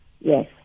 Yes